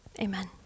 Amen